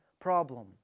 problem